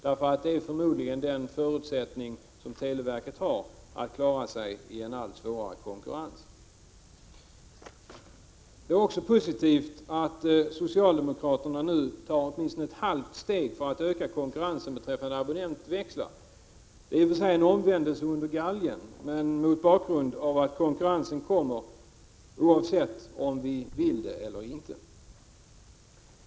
Det är förmodligen en förutsättning för att televerket skall kunna klara sig i en allt svårare konkurrens. Det är också positivt att socialdemokraterna nu tar åtminstone ett halvt steg för att öka konkurrensen beträffande abonnentväxlar. I och för sig är det en omvändelse under galgen, mot bakgrund av att konkurrensen kommer, oavsett om vi vill eller inte.